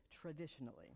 traditionally